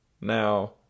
Now